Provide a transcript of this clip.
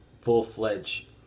full-fledged